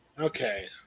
okay